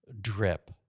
drip